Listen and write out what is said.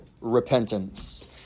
repentance